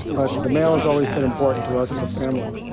but the mail has always been important to us as a family.